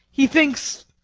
he thinks,